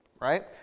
Right